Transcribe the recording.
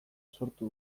sortu